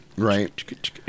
Right